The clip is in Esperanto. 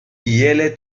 iele